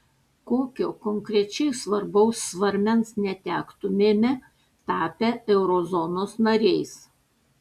kokio konkrečiai svarbaus svarmens netektumėme tapę eurozonos nariais